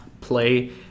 play